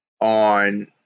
on